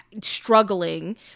struggling